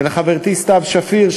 ולחברתי סתיו שפיר,